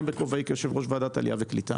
בכובעי כיושב-ראש ועדת העלייה והקליטה